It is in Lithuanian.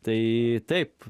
tai taip